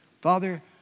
Father